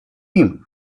him